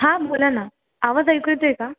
हा बोला ना आवाज ऐकू येतो आहे का